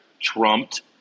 trumped